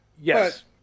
yes